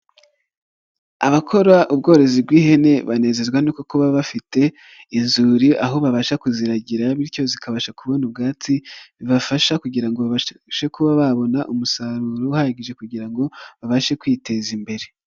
Abakora ubworozi bw'ihene banezezwa no kuba baba bafite inzuri, aho babasha kuziragira bityo zikabasha kubona ubwatsi bibafasha kugira ngo babashe kuba babona umusaruro uhagije, kugira ngo babashe kwiteza imbere.